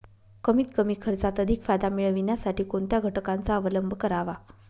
कमीत कमी खर्चात अधिक फायदा मिळविण्यासाठी कोणत्या घटकांचा अवलंब करावा?